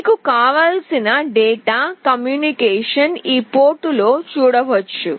మీకు కావలసిన data communication ఈ పోర్టులో చూడవచ్చు